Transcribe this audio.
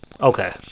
Okay